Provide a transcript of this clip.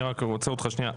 אני עוצר אותך שנייה.